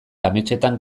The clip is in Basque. ametsetan